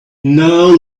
now